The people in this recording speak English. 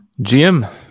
GM